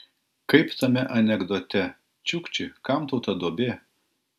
kaip tame anekdote čiukči kam tau ta duobė